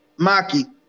Maki